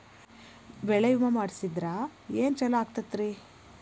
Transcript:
ಬೆಳಿ ವಿಮೆ ಮಾಡಿಸಿದ್ರ ಏನ್ ಛಲೋ ಆಕತ್ರಿ?